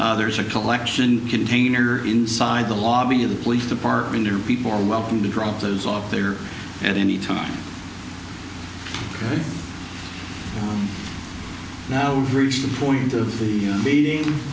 there's a collection container inside the lobby of the police department and people are welcome to drop those off there at any time now reach the point of the meeting